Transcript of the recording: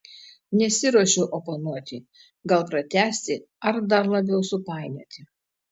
nesiruošiu oponuoti gal pratęsti ar dar labiau supainioti